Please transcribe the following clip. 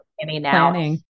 planning